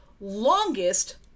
longest